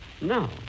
No